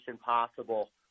possible